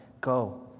go